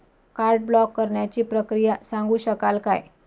Card block करण्याची प्रक्रिया सांगू शकाल काय?